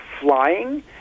flying